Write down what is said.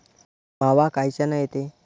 मावा कायच्यानं येते?